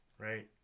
right